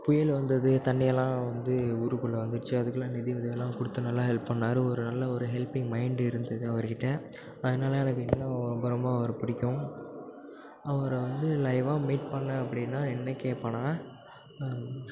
புயல் வந்தது தண்ணியெல்லாம் வந்து ஊருக்குள்ளே வந்துருச்சு அதுக்கெலாம் நிதி உதவியெலாம் கொடுத்து நல்லா ஹெல்ப் பண்ணிணாரு ஒரு நல்ல ஒரு ஹெல்பிங் மைண்டு இருந்தது அவர்கிட்ட அதனால் எனக்கு இன்னும் ரொம்ப ரொம்பவும் அவரை பிடிக்கும் அவரை வந்து லைவ்வாக மீட் பண்ணிணேன் அப்படினா என்ன கேட்பனா